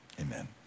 Amen